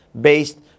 based